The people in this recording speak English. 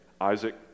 Isaac